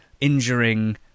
injuring